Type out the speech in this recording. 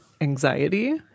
anxiety